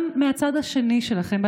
גם מהצד השני שלכם.